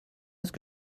est